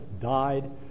died